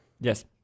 Yes